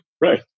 Right